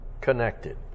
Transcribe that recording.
connected